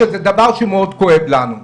שזה דבר מאוד כואב לנו.